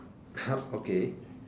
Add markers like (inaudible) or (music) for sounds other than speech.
(noise) okay